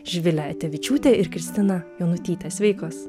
živilę etevičiūtę ir kristiną jonutytę sveikos